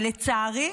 ולצערי,